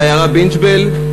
בעיירה בינת-ג'בל,